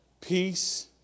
Peace